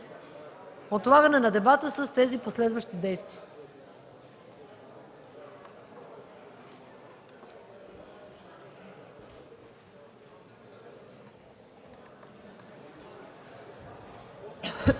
Отлагане на дебата с тези последващи действия.